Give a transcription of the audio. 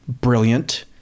brilliant